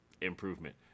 improvement